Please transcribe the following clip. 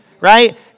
right